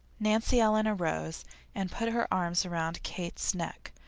nancy ellen arose and put her arms around kate's neck,